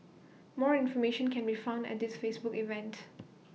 more information can be found at this Facebook event